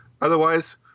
Otherwise